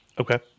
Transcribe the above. Okay